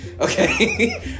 Okay